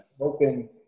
open